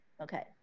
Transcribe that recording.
okay